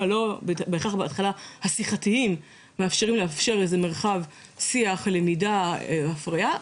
המיועדים לשיח מאפשרים להם מרחב שיח למידה והפריה,